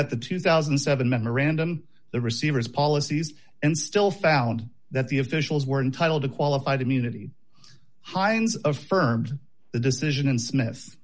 at the two thousand and seven memorandum the receiver's policies and still found that the officials were entitled to qualified immunity heins of firms the decision and smith